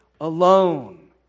alone